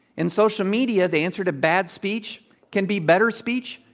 in social media, the answer to bad speech can be better speech,